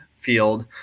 field